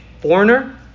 foreigner